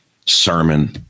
sermon